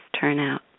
turnout